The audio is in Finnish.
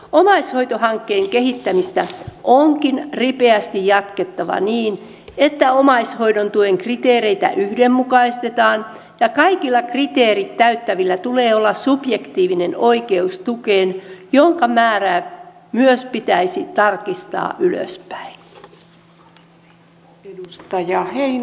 omaishoitohankkeen kehittämistä onkin ripeästi jatkettava niin että omaishoidon tuen kriteereitä yhdenmukaistetaan ja kaikilla kriteerit täyttävillä tulee olla subjektiivinen oikeus tukeen jonka määrää myös pitäisi tarkistaa ylöspäin